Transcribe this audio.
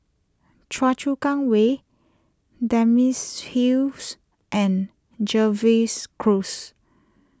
Choa Chu Kang Way Dempsey Hills and Jervois Close